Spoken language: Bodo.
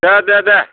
दे दे